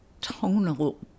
tonal